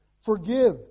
Forgive